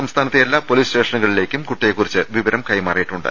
സംസ്ഥാനത്തെ എല്ലാ പൊലീസ് സ്റ്റേഷനിലേക്കും കുട്ടിയെക്കുറിച്ച് വിവരം കൈമാറിയിട്ടുണ്ട്